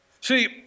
See